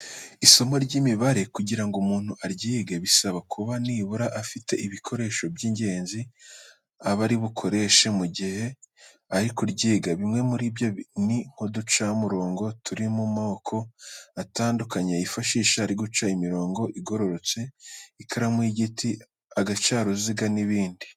Isomo ry'imibare kugira ngo umuntu aryige bisaba kuba nibura afite ibikoresho by'ingenzi aba ari bukoreshe mu gihe ari kuryiga. Bimwe muri byo ni nk'uducamurongo turi mu moko atandukanye yifashisha ari guca imirongo igororotse, ikaramu y'igiti, agacaruziga n'ibindi.